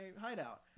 hideout